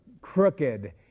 crooked